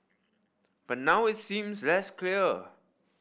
but now it seems less clear